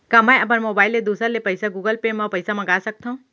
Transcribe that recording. का मैं अपन मोबाइल ले दूसर ले पइसा गूगल पे म पइसा मंगा सकथव?